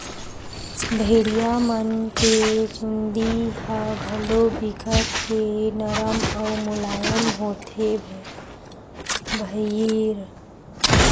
भेड़िया मन के चूदी ह घलोक बिकट के नरम अउ मुलायम होथे भईर